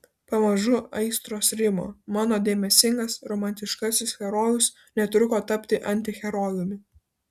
pamažu aistros rimo mano dėmesingas romantiškasis herojus netruko tapti antiherojumi